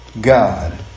God